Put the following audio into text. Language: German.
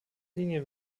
linien